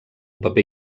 paper